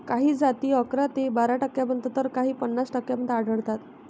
काही जाती अकरा ते बारा टक्क्यांपर्यंत तर काही पन्नास टक्क्यांपर्यंत आढळतात